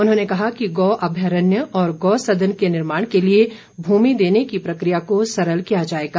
उन्होंने कहा कि गौ अभ्यारण्य और गौ सदन के निर्माण के लिए भूमि देने की प्रक्रिया को सरल किया जाएगा